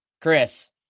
Chris